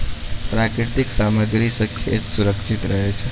प्राकृतिक सामग्री सें खेत सुरक्षित रहै छै